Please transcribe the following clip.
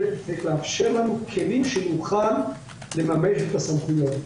כי לאפשר לנו כלים שנוכל לממש את הסמכויות.